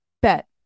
Bet